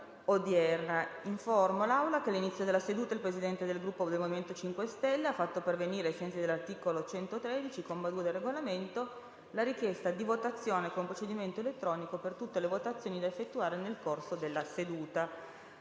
Informo l'Assemblea che all'inizio della seduta il Presidente del Gruppo MoVimento 5 Stelle ha fatto pervenire, ai sensi dell'articolo 113, comma 2, del Regolamento, la richiesta di votazione con procedimento elettronico per tutte le votazioni da effettuare nel corso della seduta.